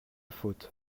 faute